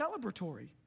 celebratory